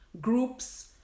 groups